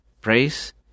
Praise